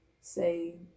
say